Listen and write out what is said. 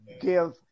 give